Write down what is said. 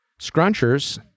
scrunchers